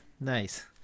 Nice